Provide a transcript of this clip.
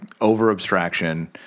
over-abstraction